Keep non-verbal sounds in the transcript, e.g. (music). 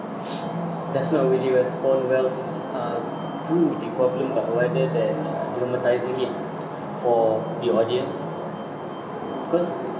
(breath) does not really respond well to um to the problem but rather than uh dramatising it for the audience cause